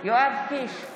יואב קיש,